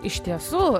iš tiesų